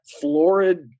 florid